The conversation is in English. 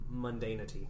mundanity